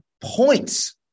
points